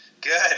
Good